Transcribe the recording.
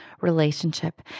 relationship